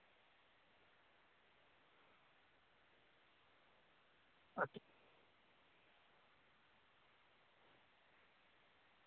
अच्छ